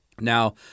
Now